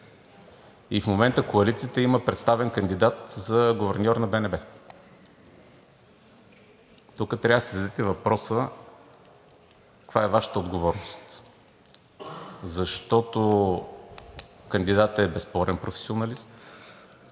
и в момента коалицията има представен кандидат за гуверньор на БНБ. Тук трябва да си зададете въпроса каква е Вашата отговорност, защото кандидатът е безспорен професионалист;